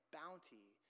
bounty